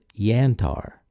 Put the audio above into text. Yantar